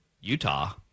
Utah